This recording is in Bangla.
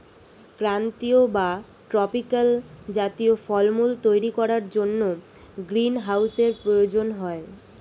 ক্রান্তীয় বা ট্রপিক্যাল জাতীয় ফলমূল তৈরি করার জন্য গ্রীনহাউসের প্রয়োজন হয়